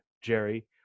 Jerry